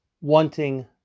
wanting